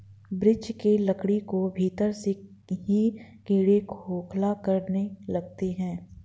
वृक्ष के लकड़ी को भीतर से ही कीड़े खोखला करने लगते हैं